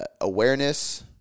awareness